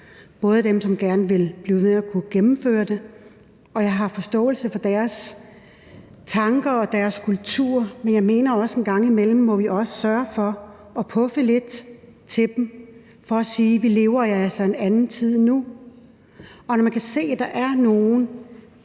blive ved med at kunne gennemføre det, og jeg har forståelse for deres tanker og deres kultur, men jeg mener også, at vi en gang imellem må sørge for at puffe lidt til dem for at sige, at vi altså lever i en anden tid nu. Og når man kan se, at der er nogle